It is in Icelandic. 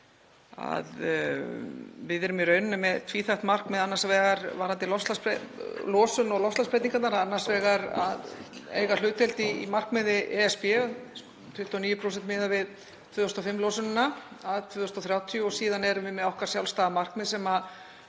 við erum í rauninni með tvíþætt markmið varðandi losun og loftslagsbreytingarnar, annars vegar að eiga hlutdeild í markmiði ESB, 29% miðað við 2005-losunina til 2030, og síðan erum við með okkar sjálfstæða markmið sem við